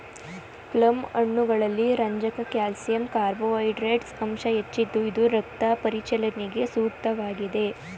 plum ಹಣ್ಣುಗಳಲ್ಲಿ ರಂಜಕ calcium carbohydrates ಅಂಶ ಹೆಚ್ಚಿದ್ದು ಇದು ರಕ್ತ ಪರಿಚಲನೆಗೆ ಸೂಕ್ತವಾಗಿದೆ